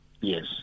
Yes